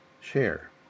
share